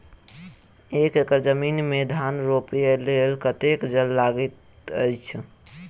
एक एकड़ जमीन मे धान रोपय लेल कतेक जल लागति अछि?